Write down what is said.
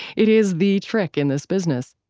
it is the trick in this business